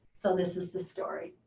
so this is the story.